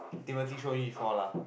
Timothy show me before lah